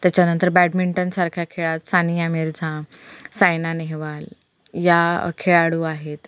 त्याच्यानंतर बॅडमिंटनसारख्या खेळात सानिया मिर्झा सायना नेहवाल या खेळाडू आहेत